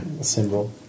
symbol